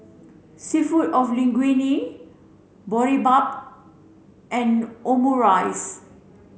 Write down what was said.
seafood of Linguine Boribap and Omurice